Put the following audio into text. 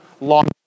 long